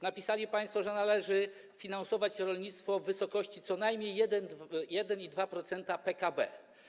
Napisali państwo, że należy finansować rolnictwo w wysokości co najmniej 1,2% PKB.